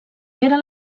era